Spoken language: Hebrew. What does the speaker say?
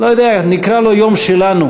לא יודע, נקרא לו יום שלנו,